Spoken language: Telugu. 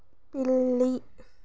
పిల్లి